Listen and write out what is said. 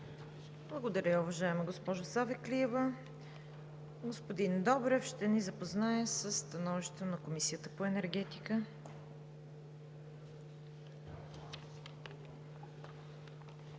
Благодаря, уважаема госпожо Савеклиева. Господин Добрев ще ни запознае със становището на Комисията по енергетика.